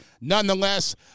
Nonetheless